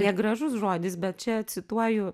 negražus žodis bet čia cituoju